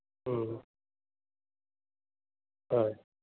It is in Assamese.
হয়